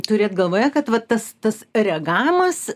turėt galvoje kad vat tas tas reagavimas